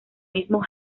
mismo